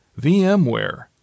VMware